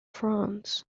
france